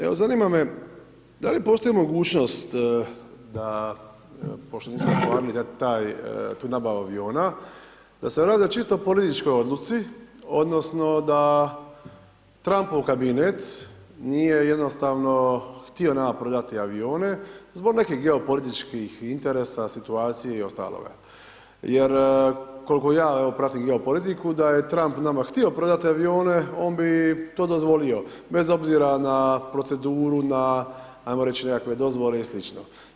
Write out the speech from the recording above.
Evo, zanima me da li postoji mogućnost da, pošto nismo ostvarili taj, tu nabavu aviona da se radi o čisto političkoj odluci odnosno da Trampov kabinet nije jednostavno htio nama prodati avione zbog nekih geopolitičkih interesa, situacija i ostaloga, jer koliko ja, evo, pratim geopolitiku, da je Tramp nama htio prodati avione, on bi to dozvolio bez obzira na proceduru, na, ajmo reći, nekakve dozvole i sl.